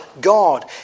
God